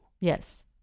Yes